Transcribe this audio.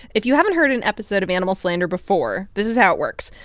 if you haven't heard an episode of animal slander before, this is how it works.